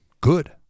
good